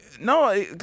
no